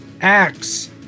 axe